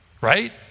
Right